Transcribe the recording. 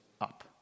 up